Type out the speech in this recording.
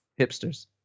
hipsters